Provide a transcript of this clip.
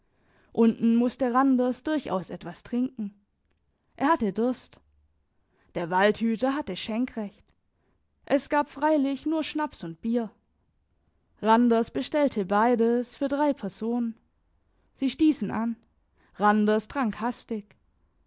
unten musste randers durchaus etwas trinken er hatte durst der waldhüter hatte schenkrecht es gab freilich nur schnaps und bier randers bestellte beides für drei personen sie stiessen an randers trank hastig